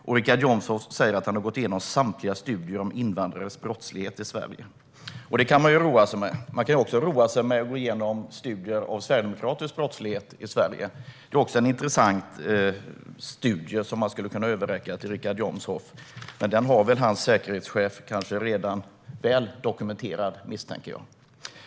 Richard Jomshof säger att han har gått igenom samtliga studier om invandrares brottslighet i Sverige. Det kan man ju roa sig med. Man kan också roa sig med att gå igenom studier av sverigedemokratisk brottslighet i Sverige. Det är också en intressant studie som man skulle kunna överräcka till Richard Jomshof, men jag misstänker att hans säkerhetschef redan har den väl dokumenterad.